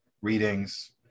readings